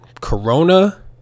Corona